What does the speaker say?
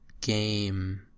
game